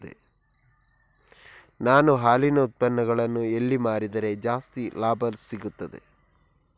ನಾನು ಹಾಲಿನ ಉತ್ಪನ್ನಗಳನ್ನು ಎಲ್ಲಿ ಮಾರಿದರೆ ಜಾಸ್ತಿ ಲಾಭ ಸಿಗುತ್ತದೆ?